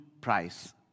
price